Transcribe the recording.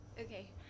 Okay